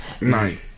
night